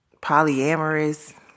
polyamorous